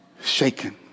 shaken